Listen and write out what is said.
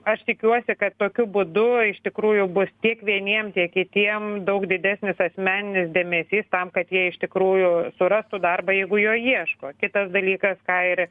aš tikiuosi kad tokiu būdu iš tikrųjų bus tiek vieniem tiek kitiem daug didesnis asmeninis dėmesys tam kad jie iš tikrųjų surastų darbą jeigu jo ieško kitas dalykas ką ir